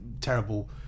terrible